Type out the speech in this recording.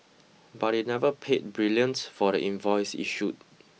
but it never paid brilliant for the invoice issued